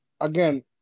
again